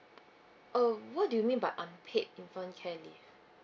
oh what do you mean by unpaid infant care leave